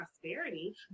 prosperity